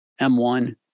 M1